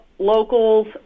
Locals